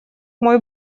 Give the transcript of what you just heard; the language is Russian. мой